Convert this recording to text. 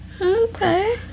okay